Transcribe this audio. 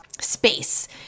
Space